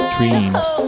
Dreams